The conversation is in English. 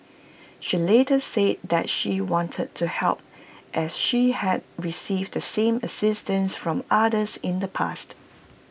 she later said that she wanted to help as she had received the same assistance from others in the past